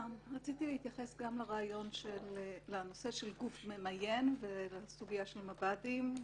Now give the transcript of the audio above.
רציתי להתייחס לנושא של גוף ממיין ולסוגיה של מב"דים.